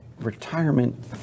retirement